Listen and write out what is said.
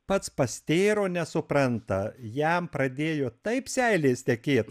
pats pastėro nesupranta jam pradėjo taip seilės tekėt